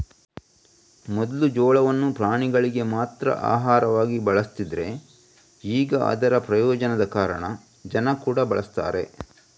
ಮೊದ್ಲು ಜೋಳವನ್ನ ಪ್ರಾಣಿಗಳಿಗೆ ಮಾತ್ರ ಆಹಾರವಾಗಿ ಬಳಸ್ತಿದ್ರೆ ಈಗ ಅದರ ಪ್ರಯೋಜನದ ಕಾರಣ ಜನ ಕೂಡಾ ಬಳಸ್ತಾರೆ